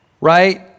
Right